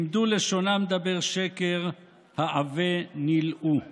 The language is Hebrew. למדו לשונם דבר שקר העוה נלאו";